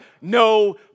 no